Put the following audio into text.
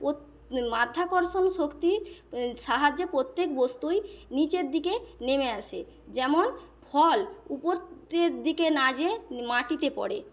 পোত মাধ্যাকর্ষণ শক্তি সাহায্যে প্রত্যেক বস্তুই নীচের দিকে নেমে আসে যেমন ফল উপর দিকে না যেয়ে মাটিতে পড়ে